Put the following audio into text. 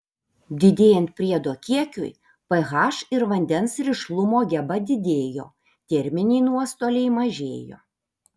didėjant priedo kiekiui ph ir vandens rišlumo geba didėjo terminiai nuostoliai mažėjo